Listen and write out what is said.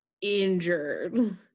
injured